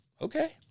okay